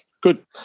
Good